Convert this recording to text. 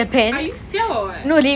are you siao or what